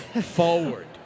forward